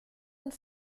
und